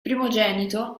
primogenito